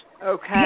Okay